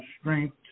strength